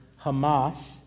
Hamas